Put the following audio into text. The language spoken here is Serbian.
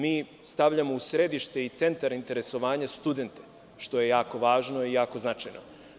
Mi stavljamo u središte i centar interesovanja studente, što je jako važno i jako značajno.